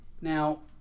Now